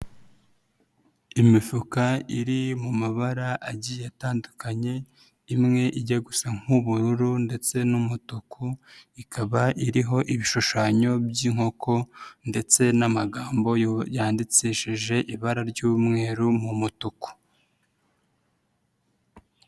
Imifuka iri mu mabara agiye atandukanye imwe ijya gusa nk'ubururu ndetse n'umutuku ikaba iriho ibishushanyo by'inkoko ndetse n'amagambo yandikishije ibara ry'umweru mu mutuku.